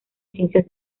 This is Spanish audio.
ciencias